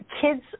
kids